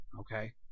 Okay